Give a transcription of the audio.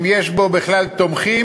אם יש לו בכלל תומכים,